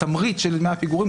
התמריץ של דמי הפיגורים,